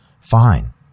Fine